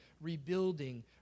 rebuilding